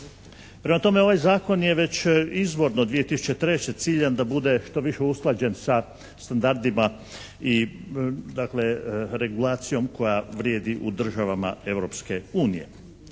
Prema tome ovaj zakon je već izvorno 2003. ciljan da bude što više usklađen sa standardima i dakle regulacijom koja vrijedi u državama